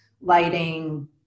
lighting